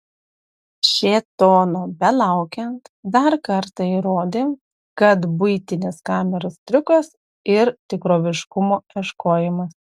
šėtono belaukiant dar kartą įrodė kad buitinės kameros triukas ir tikroviškumo ieškojimas